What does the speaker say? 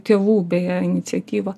tėvų beje iniciatyva